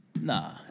Nah